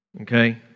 Okay